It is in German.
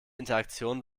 interaktion